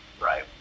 Right